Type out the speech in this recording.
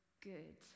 good